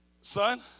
Son